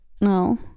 No